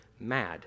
mad